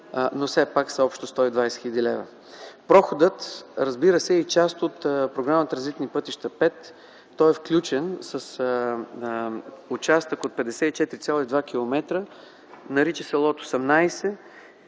но все пак са общо 120 хил. лв. Проходът е част от програма „Транзитни пътища 5”. Той е включен с участък от 54,2 км. Нарича се лот 18.